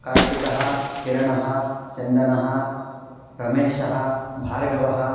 कार्तिकः किरणः चन्दनः रमेशः भार्गवः